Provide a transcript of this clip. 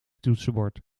toetsenbord